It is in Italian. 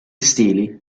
stili